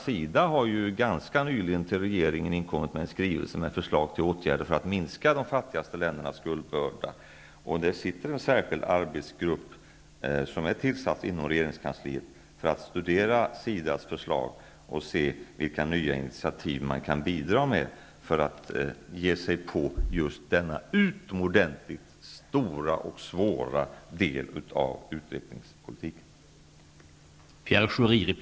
SIDA har ganska nyligen till regeringen inkommit med en skrivelse med förslag till åtgärder för att minska de fattigaste ländernas skuldbörda. Det sitter en särskild arbetsgrupp, tillsatt inom regeringskansliet, som studerar SIDA:s förslag och undersöker vilka nya initiativ man kan bidra med för att ge sig på just denna utomordentligt stora och svåra del av utvecklingspolitiken.